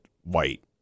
White